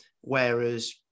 whereas